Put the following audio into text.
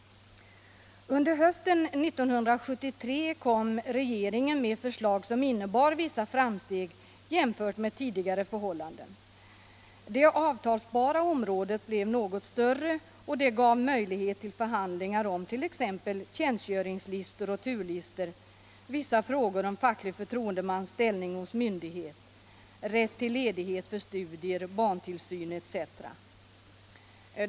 Under hösten 1973 kom regeringen med förslag som innebar vissa framsteg jämfört med tidigare förhållanden. Det avtalsbara området blev något större, och det gav möjlighet till förhandlingar om t.ex. tjänstgöringslistor och turlistor, vissa frågor om facklig förtroendemans ställning hos myndighet och rätt till ledighet för studier, barntillsyn etc.